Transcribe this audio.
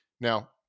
Now